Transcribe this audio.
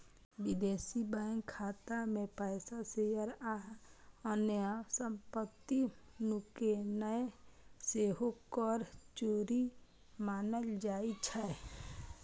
विदेशी बैंक खाता मे पैसा, शेयर आ अन्य संपत्ति नुकेनाय सेहो कर चोरी मानल जाइ छै